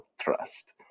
trust